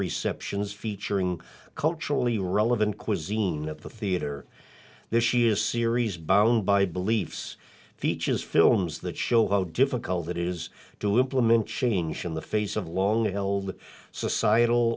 reception's featuring culturally relevant cuisine at the theatre this year's series bound by beliefs features films that show how difficult it is to implement change in the face of long held societal